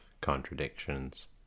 contradictions